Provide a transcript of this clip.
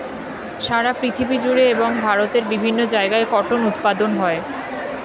সারা পৃথিবী জুড়ে এবং ভারতের বিভিন্ন জায়গায় কটন উৎপাদন হয়